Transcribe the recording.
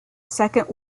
second